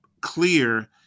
clear